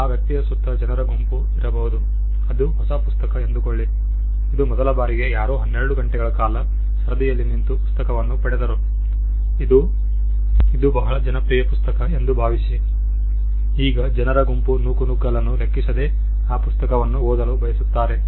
ಆ ವ್ಯಕ್ತಿಯ ಸುತ್ತ ಜನರ ಗುಂಪು ಇರಬಹುದು ಅದು ಹೊಸ ಪುಸ್ತಕ ಎಂದುಕೊಳ್ಳಿ ಇದು ಮೊದಲ ಬಾರಿಗೆ ಯಾರೋ 12 ಗಂಟೆಗಳ ಕಾಲ ಸರದಿಯಲ್ಲಿ ನಿಂತು ಪುಸ್ತಕವನ್ನು ಪಡೆದರು ಇದು ಬಹಳ ಜನಪ್ರಿಯ ಪುಸ್ತಕ ಎಂದು ಭಾವಿಸಿ ಆಗ ಜನರ ಗುಂಪು ನೂಕುನುಗ್ಗಲನ್ನು ಲೆಕ್ಕಿಸದೆ ಆ ಪುಸ್ತಕವನ್ನು ಓದಲು ಬಯಸುತ್ತಾರೆ